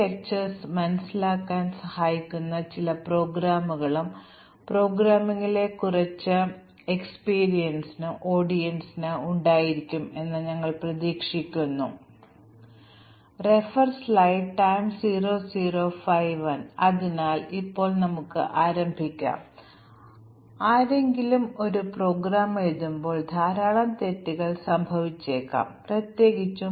mutation ടെസ്റ്റിംഗിൽ ആദ്യം ഒരു പ്രോഗ്രാമിൽ സംഭവിക്കുന്ന വിവിധ ഫോൾട്ട് വിഭാഗങ്ങൾ ആദ്യം തിരിച്ചറിയണമെന്നും തുടർന്ന് ഞങ്ങൾ മ്യൂട്ടേറ്റ് ചെയ്ത പ്രോഗ്രാമുകൾ സൃഷ്ടിക്കുന്നുവെന്നും അവിടെ ഞങ്ങളുടെ ടെസ്റ്റ് കേസുകൾ നല്ലതാണോയെന്ന് പരിശോധിക്കാൻ ഞങ്ങൾ ഒരു പ്രത്യേക തരം ഫോൾട്ട് അവതരിപ്പിക്കുകയും ചെയ്യുന്നു